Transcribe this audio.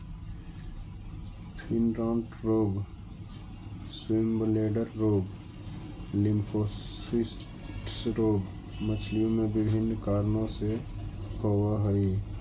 fin rot रोग, swim bladder रोग, lymphocystis रोग मछलियों में विभिन्न कारणों से होवअ हई